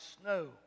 snow